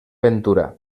ventura